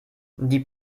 die